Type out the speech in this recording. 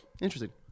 Interesting